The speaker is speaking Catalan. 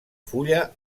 fulla